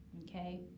okay